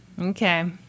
Okay